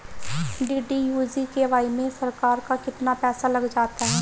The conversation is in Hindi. डी.डी.यू जी.के.वाई में सरकार का कितना पैसा लग जाता है?